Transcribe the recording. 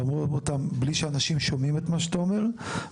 אתה אומר בלי שאנשים שומעים אותם אומרים